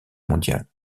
mondiale